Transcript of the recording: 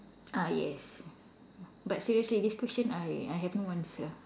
ah yes but seriously this question I I have no answer